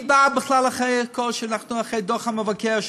היא באה בכלל אחרי דוח המבקר,